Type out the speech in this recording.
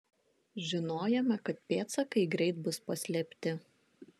žinojome kad pėdsakai greit bus paslėpti